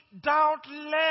doubtless